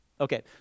Okay